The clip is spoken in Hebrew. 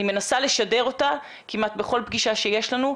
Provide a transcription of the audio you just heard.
אני מנסה לשדר אותה כמעט בכל פגישה שיש לנו.